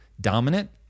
dominant